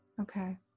okay